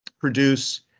produce